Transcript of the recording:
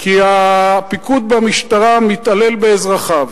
כי הפיקוד במשטרה מתעלל באזרחיו?